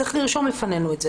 צריך לרשום בפנינו את זה.